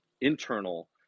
internal